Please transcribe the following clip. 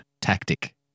tactic